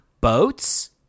boats